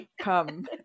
come